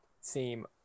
seem